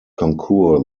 concur